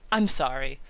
i'm sorry.